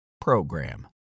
program